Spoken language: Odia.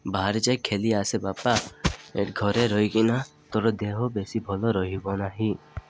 ବାହାରେ ଯାଇ ଖେଲି ଆସେ ବାପା ଘରେ ରହିକିନା ତୋର ଦେହ ବେଶୀ ଭଲ ରହିବ ନାହିଁ